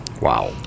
Wow